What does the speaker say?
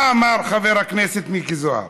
מה אמר חבר הכנסת מיקי זוהר?